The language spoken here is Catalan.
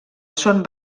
són